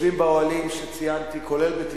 שיושבים באוהלים שציינתי, כולל בטבעון,